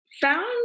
found